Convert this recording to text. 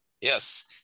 Yes